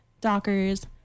Dockers